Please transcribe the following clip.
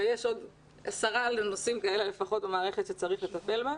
הרי יש עוד נושאים במערכת שצריך לטפל בהם.